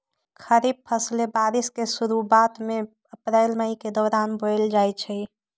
खरीफ फसलें बारिश के शुरूवात में अप्रैल मई के दौरान बोयल जाई छई